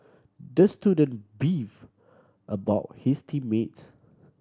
the student beef about his team mates